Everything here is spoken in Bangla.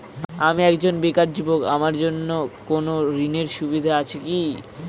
আমি একজন বেকার যুবক আমার জন্য কোন ঋণের সুবিধা আছে কি?